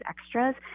extras